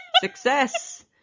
success